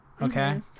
Okay